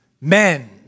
men